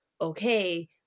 okay